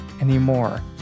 anymore